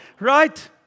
Right